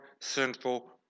sinful